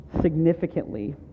significantly